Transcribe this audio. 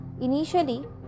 Initially